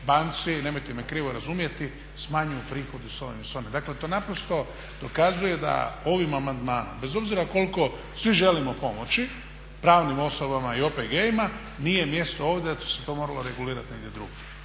banci nemojte me krivo razumjeti smanjuju prihodi sa ovim i sa onim. Dakle, to naprosto dokazuje da ovim amandmanom bez obzira koliko svi želimo pomoći pravnim osobama i OPG-ima nije mjesto ovdje, to se moralo regulirati negdje drugdje.